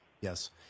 Yes